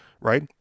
right